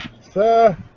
Sir